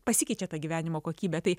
pasikeičia ta gyvenimo kokybė tai